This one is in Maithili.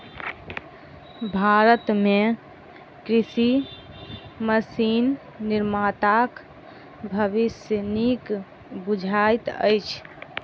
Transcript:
भारत मे कृषि मशीन निर्माताक भविष्य नीक बुझाइत अछि